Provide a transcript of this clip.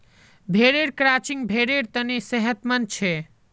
भेड़ेर क्रचिंग भेड़ेर तने सेहतमंद छे